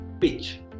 pitch